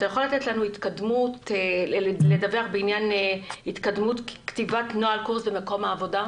אתה יכול לתת לנו דיווח בעניין התקדמות כתיבת נוהל קורס במקום העבודה?